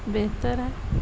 بہتر ہے